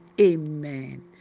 Amen